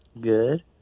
good